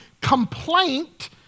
complaint